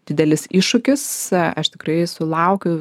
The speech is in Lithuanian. didelis iššūkis aš tikrai sulaukiu